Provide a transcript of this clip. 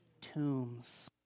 tombs